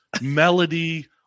melody